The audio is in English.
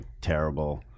terrible